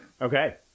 okay